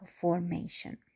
Formation